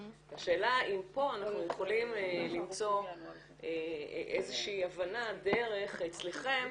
השאלה אם פה אנחנו יכולים למצוא איזו שהיא הבנה אצלכם,